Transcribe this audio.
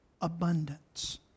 abundance